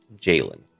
Jalen